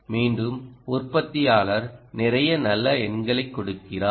மீண்டும் உற்பத்தியாளர் நிறைய நல்ல எண்களைக் கொடுக்கிறார்